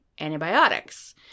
antibiotics